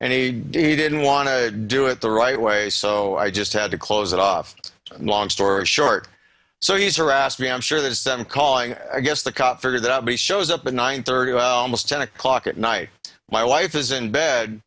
and a he didn't want to do it the right way so i just had to close it off long story short so he's harassed me i'm sure there's some calling i guess the cops figure that shows up at nine thirty ten o'clock at night my wife is in bed